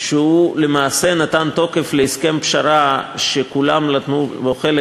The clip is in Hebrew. שלמעשה נתן תוקף להסכם פשרה שכולם נטלו בו חלק,